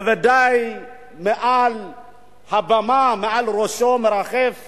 בוודאי מעל הבמה, מעל ראשו מרחפת